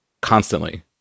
constantly